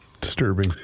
Disturbing